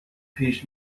پیش